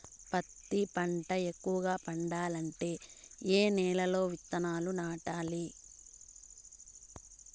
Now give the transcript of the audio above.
పత్తి పంట ఎక్కువగా పండాలంటే ఏ నెల లో విత్తనాలు నాటాలి?